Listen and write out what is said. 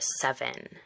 seven